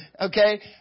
Okay